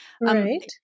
Right